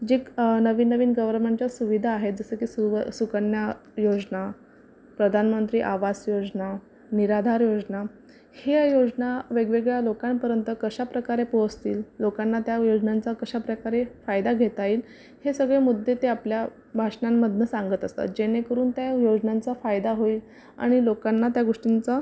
जे नवीन नवीन गवर्मेंटच्या सुविधा आहेत जसं की सुव सुकन्या योजना प्रधानमंत्री आवास योजना निराधार योजना ह्या योजना वेगवेगळ्या लोकांपर्यंत कशा प्रकारे पोचतील लोकांना त्या योजनांचा कशा प्रकारे फायदा घेता येईल हे सगळे मुद्दे त्या आपल्या भाषणांमधनं सांगत असतात जेणेकरून त्या योजनांचा फायदा होईल आणि लोकांना त्या गोष्टींचा